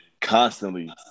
constantly